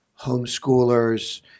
Homeschoolers